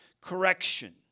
correction